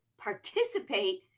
participate